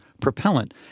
propellant